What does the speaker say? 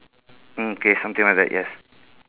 mm K something like that yes